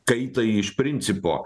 kaitia iš principo